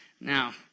Now